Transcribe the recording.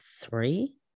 three